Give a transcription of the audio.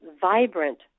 vibrant